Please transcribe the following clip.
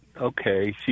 Okay